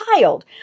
child